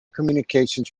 communications